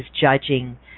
judging